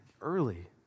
early